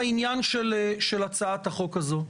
לעניין של הצעת החוק הזאת,